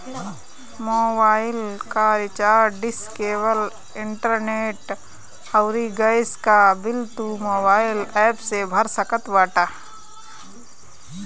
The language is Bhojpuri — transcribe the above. मोबाइल कअ रिचार्ज, डिस, केबल, इंटरनेट अउरी गैस कअ बिल तू मोबाइल एप्प से भर सकत बाटअ